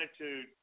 attitude